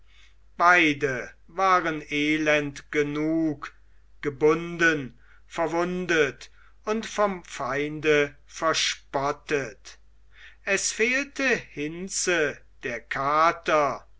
beide waren elend genug gebunden verwundet und vom feinde verspottet es fehlte hinze der kater